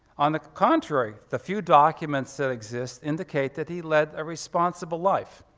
on the contrary, the few documents that exist indicate that he led a responsible life,